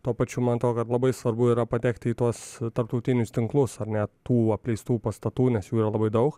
tuo pačiu man atrodo kad labai svarbu yra patekti į tuos tarptautinius tinklus ar ne tų apleistų pastatų nes jų yra labai daug